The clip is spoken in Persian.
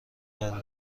قرار